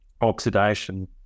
oxidation